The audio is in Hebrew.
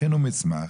תכינו מסמך,